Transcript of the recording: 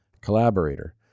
Collaborator